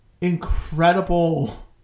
incredible